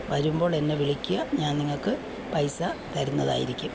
വരുമ്പോൾ എന്നെ വിളിക്കുക ഞാൻ നിങ്ങൾക്ക് പൈസ തരുന്നതായിരിക്കും